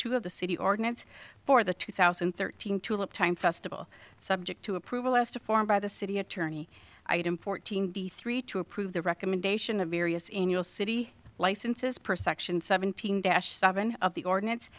two of the city ordinance for the two thousand and thirteen tulip time festival subject to approval as to form by the city attorney item fourteen d three to approve the recommendation of various in you'll city licenses per section seventeen dash seven of the ordinance